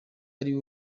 ari